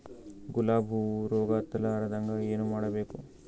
ಗುಲಾಬ್ ಹೂವು ರೋಗ ಹತ್ತಲಾರದಂಗ ಏನು ಮಾಡಬೇಕು?